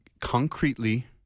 concretely